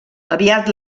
aviat